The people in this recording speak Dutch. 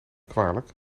kwalijk